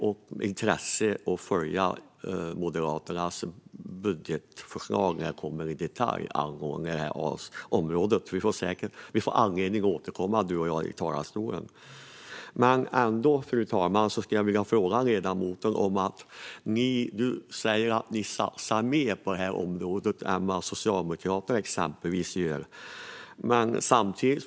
Vi får säkert anledning att återkomma till detta i talarstolen. Fru talman! Ledamoten säger att Moderaterna satsar mer på detta område än vad exempelvis Socialdemokraterna gör.